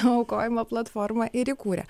aukojimo platformą ir įkūrė